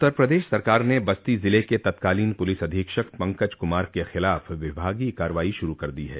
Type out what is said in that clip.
उत्तर प्रदेश सरकार ने बस्ती जिले के तत्कालीन पुलिस अधीक्षक पंकज कुमार के खिलाफ विभागीय कार्रवाई शुरू कर दी है